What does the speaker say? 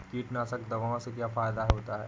कीटनाशक दवाओं से क्या फायदा होता है?